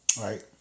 Right